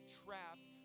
trapped